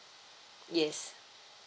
yes